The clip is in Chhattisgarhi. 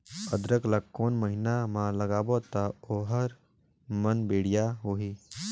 अदरक ला कोन महीना मा लगाबो ता ओहार मान बेडिया होही?